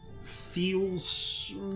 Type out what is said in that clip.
feels